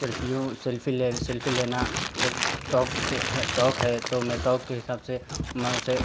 सेल्फ़ियों selfie ले रहे selfie लेना एक शौक है शौक है तो मैं शौक के हिसाब से मैं उसे